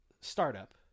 startup